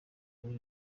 muri